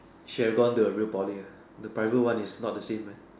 should have gone to a real Poly ah the private one is not the same man